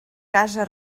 casa